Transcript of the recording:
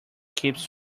keeps